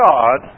God